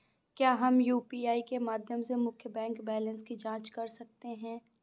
क्या हम यू.पी.आई के माध्यम से मुख्य बैंक बैलेंस की जाँच कर सकते हैं?